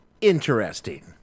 interesting